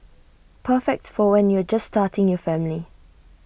perfect for when you're just starting your family